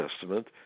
Testament